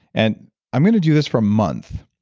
and i'm going to do this for a month.